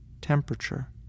temperature